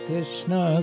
Krishna